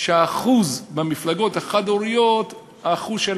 במשפחות החד-הוריות האחוז של